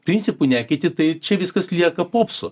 principų nekeiti tai čia viskas lieka popsu